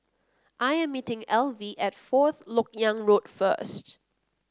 I am meeting Elvie at Fourth LoK Yang Road first